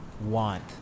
want